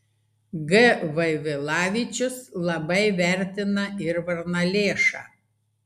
g vaivilavičius labai vertina ir varnalėšą